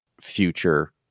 future